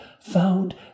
found